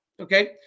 Okay